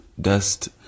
dust